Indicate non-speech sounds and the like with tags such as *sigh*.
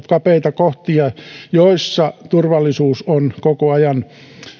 *unintelligible* kapeita kohtia päätieverkossa joissa turvallisuus on koko ajan